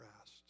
asked